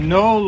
no